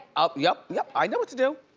um yep, yep, i know what to do.